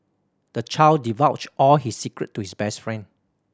the child divulged all his secret to his best friend